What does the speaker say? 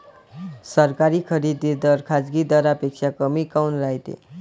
सरकारी खरेदी दर खाजगी दरापेक्षा कमी काऊन रायते?